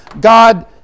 God